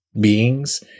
beings